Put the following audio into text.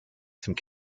some